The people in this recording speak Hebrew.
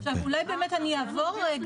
ע, אולי אני באמת אעבור רגע.